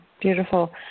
Beautiful